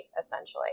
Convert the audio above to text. essentially